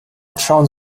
schauen